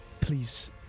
Please